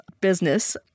business